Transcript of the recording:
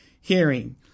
hearing